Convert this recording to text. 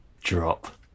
drop